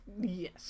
yes